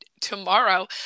tomorrow